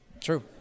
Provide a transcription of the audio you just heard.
True